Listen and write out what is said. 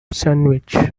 sandwich